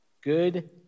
Good